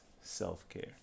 self-care